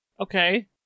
Okay